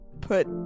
put